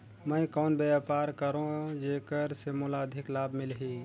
मैं कौन व्यापार करो जेकर से मोला अधिक लाभ मिलही?